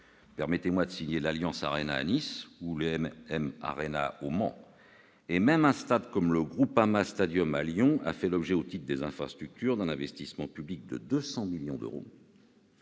Permettez-moi de citer l'Allianz Riviera, à Nice, ou la MMArena, au Mans. Et même un stade comme le Groupama Stadium, à Lyon, a fait l'objet, au titre des infrastructures, d'un investissement public de 200 millions d'euros,